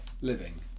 living